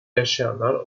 yaşayanlar